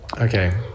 Okay